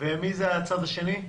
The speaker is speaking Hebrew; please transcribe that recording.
ומי זה הצד השני?